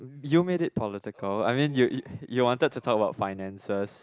you made it political I mean you you wanted to talk about finances